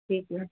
ઠીક છે